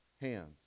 hand